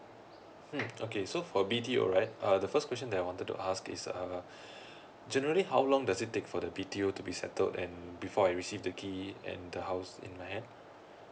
mm okay so for B_T_O right uh the first question that I wanted to ask is uh generally how long does it take for the B_T_O to be settled and before I receive the key and the house in my hand